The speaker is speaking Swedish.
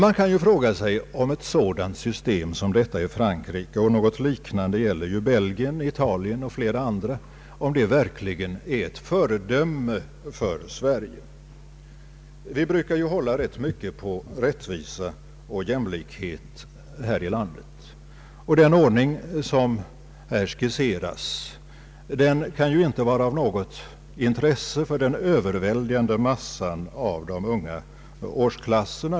Man kan fråga sig om ett sådant system som Frankrikes — något liknande finns i Belgien, Italien och flera andra länder — verkligen är ett föredöme för Sverige. Vi brukar ju hålla rätt mycket på rättvisa och jämlikhet här i landet. Den ordning som här skisseras kan ju inte vara av något intresse för den överväldigande massan av de unga årsklasserna.